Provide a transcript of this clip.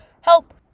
help